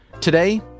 Today